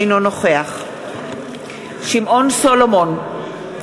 אינו נוכח שמעון סולומון,